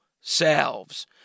selves